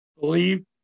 believe